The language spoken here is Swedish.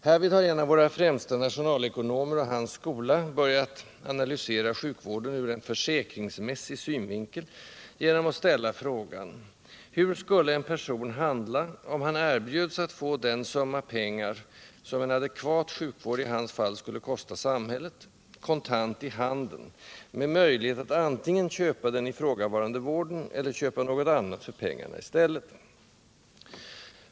Härvid har en av våra främsta nationalekonomer och hans skola börjat analysera sjukvården ur en ”försäkringsmässig” synvinkel genom att ställa frågan: Hur skulle en person handla om han erbjöds att få den summa pengar, som en adekvat sjukvård i hans fall skulle kosta samhället, kontant i handen med möjlighet att antingen köpa den ifrågavarande vården eller köpa något annat för pengarna i stället?